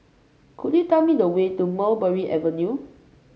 could you tell me the way to Mulberry Avenue